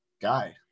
guy